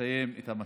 ולסיים את המשבר.